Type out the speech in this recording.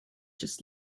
just